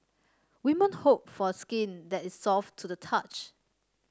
women hope for skin that is soft to the touch